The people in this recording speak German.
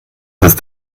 ist